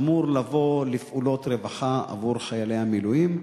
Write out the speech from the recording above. אמור לבוא לפעולות רווחה עבור חיילי המילואים.